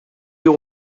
you